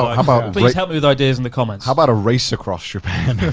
ah how bout, please help me with ideas in the comments. how about a race across japan?